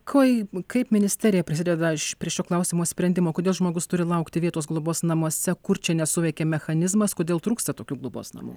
kaip kaip ministerija prisideda prie šio klausimo sprendimo kodėl žmogus turi laukti vietos globos namuose kur čia nesuveikė mechanizmas kodėl trūksta tokių globos namų